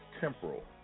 temporal